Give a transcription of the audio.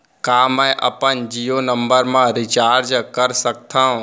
का मैं अपन जीयो नंबर म रिचार्ज कर सकथव?